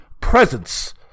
presence